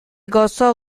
gozo